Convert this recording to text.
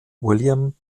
william